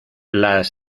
las